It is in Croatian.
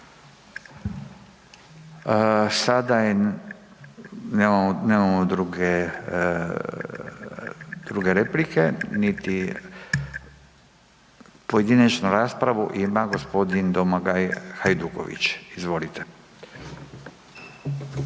druge, druge replike niti, pojedinačnu raspravu ima g. Domagoj Hajduković, izvolite.